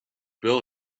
bill